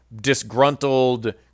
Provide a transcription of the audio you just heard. disgruntled